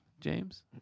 James